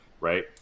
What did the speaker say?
right